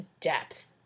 depth